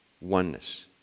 oneness